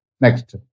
Next